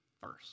first